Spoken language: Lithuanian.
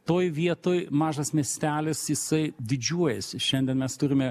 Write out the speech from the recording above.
toj vietoj mažas miestelis jisai didžiuojasi šiandien mes turime